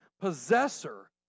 possessor